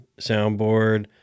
soundboard